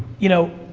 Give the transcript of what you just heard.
you know,